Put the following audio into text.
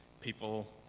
people